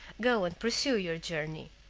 go and pursue your journey.